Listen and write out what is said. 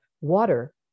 water